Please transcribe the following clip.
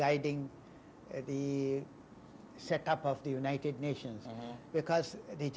guiding the set up of the united nations because the